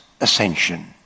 ascension